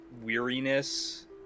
weariness